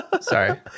sorry